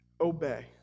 obey